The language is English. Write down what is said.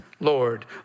Lord